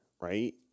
Right